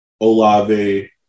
Olave